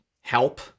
help